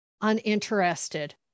uninterested